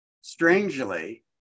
Strangely